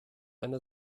eine